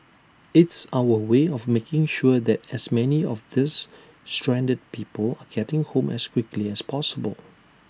it's our way of making sure that as many of these stranded people are getting home as quickly as possible